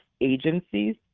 agencies